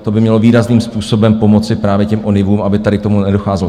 To by mělo výrazným způsobem pomoci právě těm ONIVům, aby tady k tomu nedocházelo.